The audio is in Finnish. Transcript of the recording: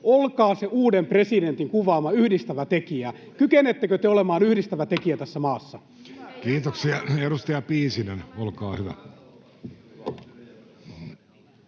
olkaa se uuden presidentin kuvaama yhdistävä tekijä. Kykenettekö te olemaan yhdistävä tekijä tässä maassa? [Speech 45] Speaker: Jussi Halla-aho